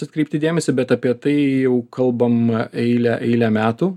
atkreipti dėmesį bet apie tai jau kalbam eilę eilę metų